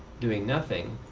doing nothing.